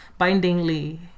bindingly